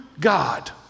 God